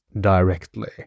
directly